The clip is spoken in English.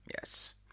Yes